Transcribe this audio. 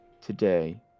today